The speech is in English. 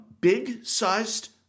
big-sized